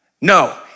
No